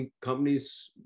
companies